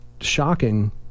shocking